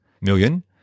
million